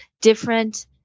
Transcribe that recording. different